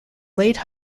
late